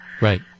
Right